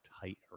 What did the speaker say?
tight